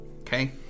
Okay